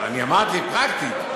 אני אמרתי פרקטית,